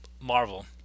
Marvel